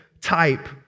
type